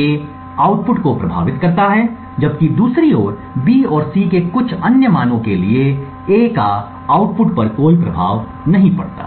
A output को प्रभावित करता है जबकि दूसरी ओर B और C के कुछ अन्य मानों के लिए A का आउटपुट पर कोई प्रभाव नहीं पड़ता है